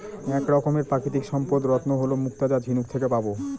এক রকমের প্রাকৃতিক সম্পদ রত্ন হল মুক্তা যা ঝিনুক থেকে পাবো